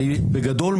בגדול,